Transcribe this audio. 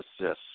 assists